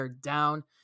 Down